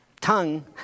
Tongue